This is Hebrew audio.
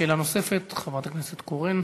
שאלה נוספת, חברת הכנסת קורן.